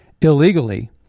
illegally